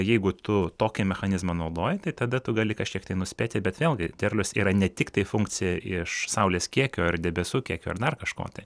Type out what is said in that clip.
jeigu tu tokį mechanizmą naudoji tai tada tu gali kažkiek tai nuspėti bet vėlgi derlius yra ne tiktai funkcija iš saulės kiekio ir debesų kiekio ir dar kažko tai